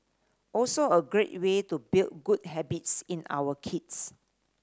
also a great way to build good habits in our kids